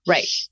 Right